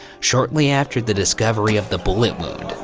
shortly after the discovery of the bullet wound,